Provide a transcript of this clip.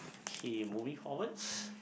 okay moving forwards